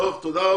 תודה.